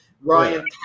Ryan